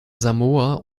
samoa